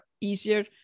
easier